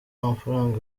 amafaranga